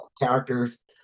characters